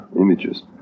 images